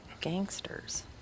gangsters